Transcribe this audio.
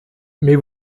mais